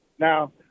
Now